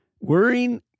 worrying